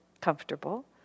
comfortable